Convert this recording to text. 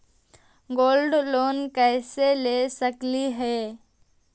Gold loan कैसे ले सकली हे?